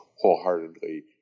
wholeheartedly